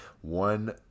one